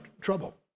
trouble